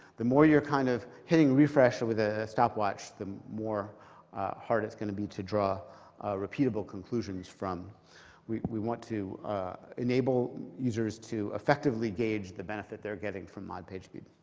the more you're kind of hitting refresh with a stopwatch, the more hard it's going to be to draw repeatable conclusions from we we want to enable users to effectively gauge the benefit they're getting from mod pagespeed.